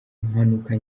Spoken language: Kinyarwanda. impanuka